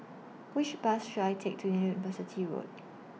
Which Bus should I Take to University Road